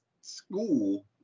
school